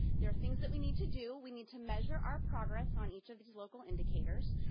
there are things that we need to do. we need to measure our progress on each of these local indicators,